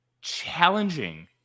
challenging